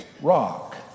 rock